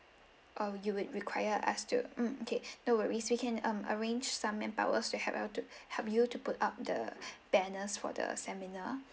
or you would require us to mm okay no worries we can um arrange some manpowers to help out to help you to put up the banners for the seminar